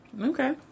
Okay